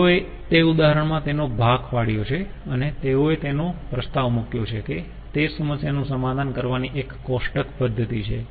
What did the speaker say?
તેઓએ તે ઉદાહરણ માં તેનો ભાગ પાડ્યો છે અથવા તેઓએ તેનો પ્રસ્તાવ મૂક્યો છે કે તે સમસ્યાનું સમાધાન કરવાની એક કોષ્ટક પદ્ધતિ છે